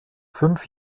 fünf